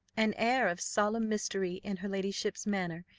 an air of solemn mystery in her ladyship's manner,